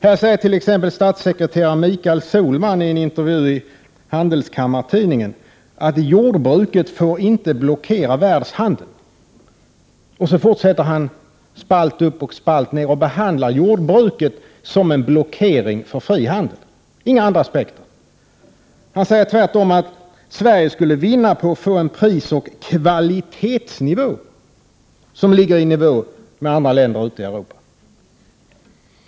Här säger t.ex. statssekreterare Michael Sohlman i en intervju i Handelskammartidningen att jordbruket inte får blockera världshandeln. Sedan behandlar han spalt upp och spalt ned jordbruket som en blockering för frihandeln — inga andra aspekter. Han säger att Sverige skulle vinna på att få en prisoch kvalitetsnivå som är i klass med andra europeiska länders.